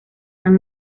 dan